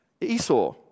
Esau